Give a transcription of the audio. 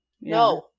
No